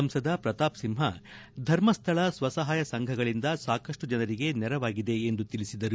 ಸಂಸದ ಪ್ರತಾಪ್ ಸಿಂಹ ಧರ್ಮಸ್ಥಳ ಸ್ವ ಸಹಾಯ ಸಂಘಗಳಿಂದ ಸಾಕಷ್ಟು ಜನರಿಗೆ ನೆರವಾಗಿದೆ ಎಂದು ತಿಳಿಸಿದರು